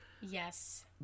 Yes